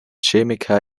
chemiker